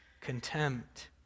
contempt